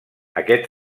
aquest